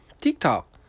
TikTok